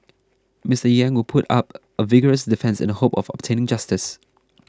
Mr Yang will put up a vigorous defence in the hope of obtaining justice